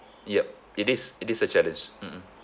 yup it is it is a challenge mmhmm